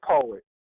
poet